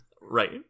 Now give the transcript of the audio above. Right